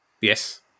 Yes